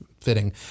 Fitting